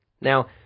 Now